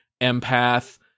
empath